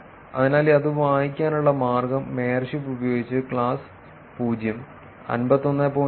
അതിനാൽ അത് വായിക്കാനുള്ള മാർഗ്ഗം മേയർഷിപ്പ് ഉപയോഗിച്ച് ക്ലാസ്സ് 0 51